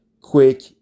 quick